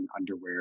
underwear